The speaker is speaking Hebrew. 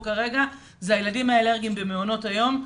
כרגע הם הילדים האלרגיים במעונות היום.